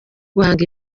guhanga